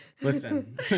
Listen